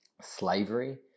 slavery